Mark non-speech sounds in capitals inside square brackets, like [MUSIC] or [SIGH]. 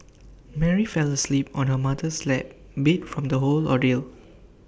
[NOISE] Mary fell asleep on her mother's lap beat from the whole ordeal